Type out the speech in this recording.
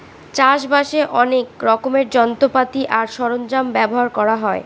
চাষ বাসে অনেক রকমের যন্ত্রপাতি আর সরঞ্জাম ব্যবহার করা হয়